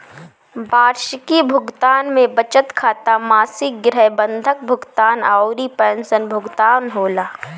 वार्षिकी भुगतान में बचत खाता, मासिक गृह बंधक भुगतान अउरी पेंशन भुगतान होला